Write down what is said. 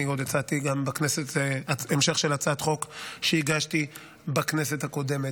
אני הצעתי גם המשך של הצעת חוק שהגשתי בכנסת הקודמת.